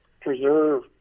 preserve